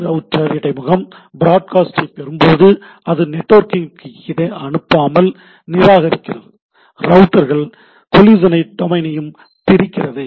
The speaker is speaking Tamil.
ஒரு ரவுட்டர் இடைமுகம் ப்ராட்கேஸ்ட் ஐ பெறும்போது அது நெட்வொர்க்கிற்கு அனுப்பாமல் நிராகரிக்கிறது ரவுட்டர்கள் கொலிஷன் டொமைனையும் பிரிக்கின்றன